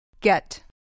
Get